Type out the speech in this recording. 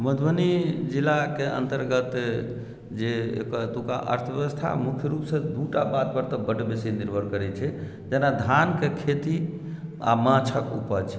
मधुबनी जिलाके अन्तर्गत जे एतुका अर्थव्यवस्था मुख्य रूपसँ दूटा बातपर तऽ बड्ड बेसी निर्भर करैत छै जेना धानके खेती आ माछक उपज